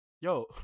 Yo